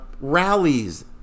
rallies